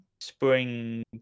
spring